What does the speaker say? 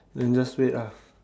then just wait ah